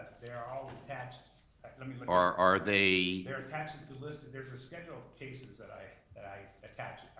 they are all attached, let me but look are they they're attached, it's a list, and there's a schedule of cases that i i attached,